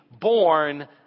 born